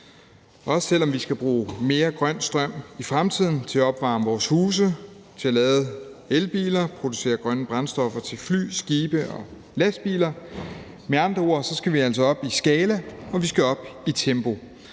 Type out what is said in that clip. også selv om vi skal bruge mere grøn strøm i fremtiden til at opvarme vores huse, til at lade elbiler og producere grønne brændstoffer til fly, skibe og lastbiler. Med andre ord skal vi altså op i skala, og vi skal op i tempo,